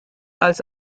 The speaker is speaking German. als